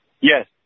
Yes